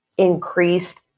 increased